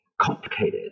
complicated